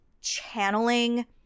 channeling